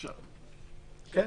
כן.